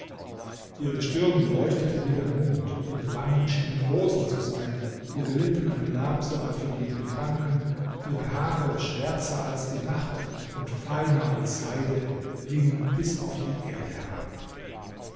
ihre stirne leuchtet wie der mond ihre wangen schienen rosen zu sein ihre lippen ein labsal für jeden kranken ihre haare schwärzer als die nacht und feiner als seide hingen bis auf die erde herab